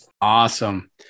Awesome